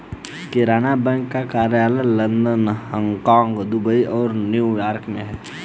Canara bank का कार्यालय London Hong Kong Dubai और न्यू यॉर्क में है